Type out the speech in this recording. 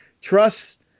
Trust